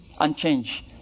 unchanged